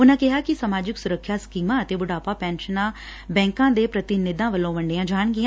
ਉਨਾਂ ਕਿਹਾ ਕਿ ਸਮਾਜਿਕ ਸੁਰੱਖਿਆ ਸਕੀਮਾਂ ਅਤੇ ਬੁਢਾਪਾ ਪੈਨਸ਼ਨ ਬੈਂਕਾਂ ਦੇ ਪ੍ਰਤੀਨਿਧਾਂ ਵੱਲੋ ਵੰਡੀਆਂ ਜਾਣਗੀਆਂ